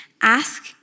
ask